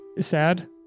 sad